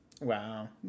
Wow